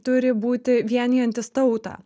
turi būti vienijantis tautą